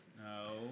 No